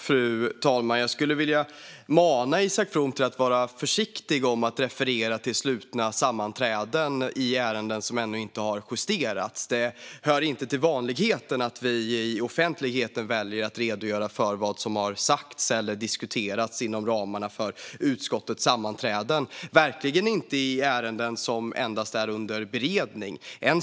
Fru talman! Jag skulle vilja mana Isak From till att vara försiktig med att referera till slutna sammanträden i ärenden som ännu inte har justerats. Det hör inte till vanligheterna att vi i offentligheten väljer att redogöra för vad som har sagts eller diskuterats inom ramarna för utskottets sammanträden, och verkligen inte när det gäller ärenden som endast är under beredning.